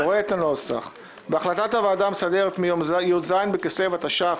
קורא את הנוסח: "בהחלטת הוועדה המסדרת מיום י"ז בכסלו התש"ף,